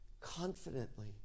confidently